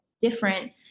different